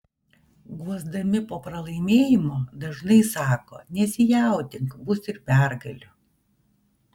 guosdami po pralaimėjimo dažnai sako nesijaudink bus ir pergalių